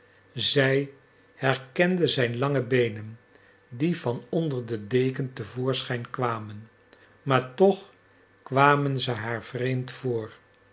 zij herkende zijn lange beenen die van onder de deken te voorschijn kwamen maar toch kwamen ze haar vreemd voor